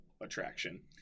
attraction